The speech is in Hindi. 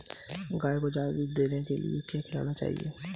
गाय को ज्यादा दूध देने के लिए क्या खिलाना चाहिए?